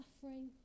suffering